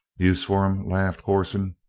use for em? laughed corson.